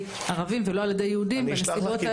ערבים ולא על ידי יהודים בנסיבות האלו.